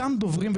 בוקר טוב,